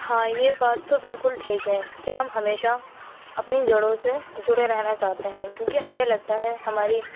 ہاں یہ بات تو بالکل ٹھیک ہے کہ ہم ہمیشہ اپنی جڑوں سے جڑے رہنا چاہتے ہیں کیونکہ ہمیں لگتا ہے ہماری